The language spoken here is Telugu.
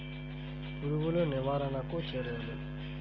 పురుగులు నివారణకు చర్యలు?